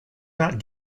not